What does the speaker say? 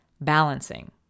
balancing